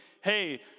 hey